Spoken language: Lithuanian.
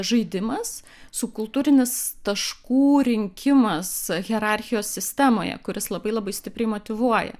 žaidimas su kultūrinis taškų rinkimas hierarchijos sistemoje kuris labai labai stipriai motyvuoja